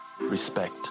Respect